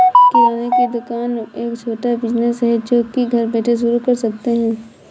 किराने की दुकान एक छोटा बिज़नेस है जो की घर बैठे शुरू कर सकते है